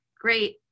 great